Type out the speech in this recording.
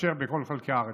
ומתאפשר בכל חלקי הארץ.